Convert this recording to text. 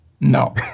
No